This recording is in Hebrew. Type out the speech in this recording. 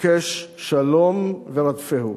"בקש שלום ורדפהו".